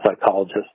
psychologist